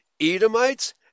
Edomites